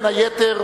בין היתר,